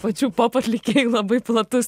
pačių pop atlikėjų labai platus